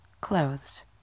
clothes